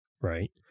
right